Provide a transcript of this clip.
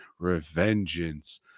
revengeance